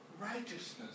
righteousness